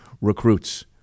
recruits